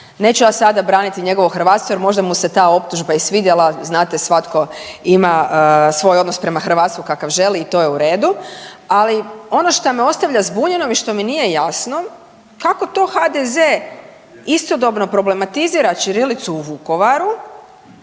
Neću ja sada braniti njegovo hrvatstvo jer možda mu se ta optužba i svidjela, znate svatko ima svoj odnos prema hrvatstvu kakav želi i to je u redu, ali ono šta me ostavlja zbunjenom i što mi nije jasno kako to HDZ istodobno problematizira ćirilicu u Vukovaru